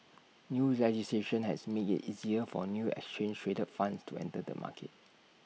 new legislation has made IT easier for new exchange traded funds to enter the market